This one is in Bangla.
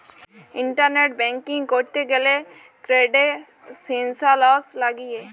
ইন্টারলেট ব্যাংকিং ক্যরতে গ্যালে ক্রিডেন্সিয়ালস লাগিয়ে